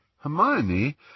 Hermione